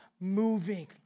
moving